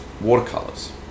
watercolors